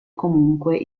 comunque